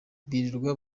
birirwa